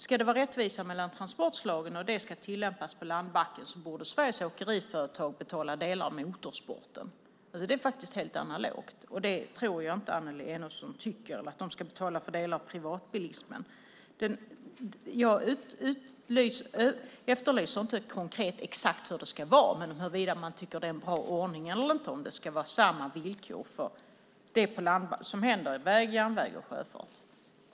Ska det vara rättvisa mellan transportslagen och det ska tillämpas på landbacken borde Sveriges åkeriföretag betala delar av motorsporten. Det är faktiskt helt analogt. Jag tror inte att Annelie Enochson tycker att de ska betala för delar av privatbilismen. Jag efterlyser inte konkret exakt hur det ska vara men huruvida man tycker att det är en bra ordning eller inte, om det ska vara samma villkor när det gäller väg, järnväg och sjöfart.